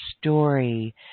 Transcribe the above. story